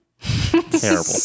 Terrible